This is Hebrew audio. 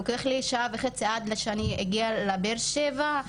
לוקח לי שעה וחצי עד שאני אגיע לבאר שבע,